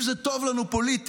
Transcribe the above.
אם זה טוב לנו פוליטית,